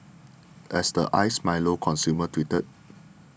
as the Iced Milo consumer tweeted